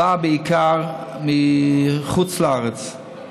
באה בעיקר מחוץ לארץ.